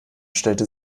stellte